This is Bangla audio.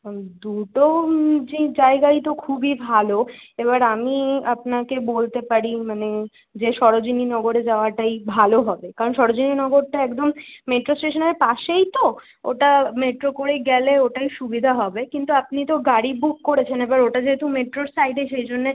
দুটো যে জায়গাই তো খুবই ভালো এবার আমি আপনাকে বলতে পারি মানে যে সরোজিনী নগরে যাওয়াটাই ভালো হবে কারণ সরোজিনী নগরটা একদম মেট্রো স্টেশনের পাশেই তো ওটা মেট্রো করেই গেলে ওটাই সুবিধা হবে কিন্তু আপনি তো গাড়ি বুক করেছেন এবার ওটা যেহেতু মেট্রোর সাইডে সেই জন্যে